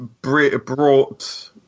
brought